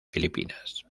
filipinas